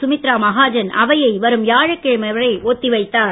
சுமித்ரா மஹாஜன் அவையை வரும் வியாழக் கிழமை வரை ஒத்திவைத்தார்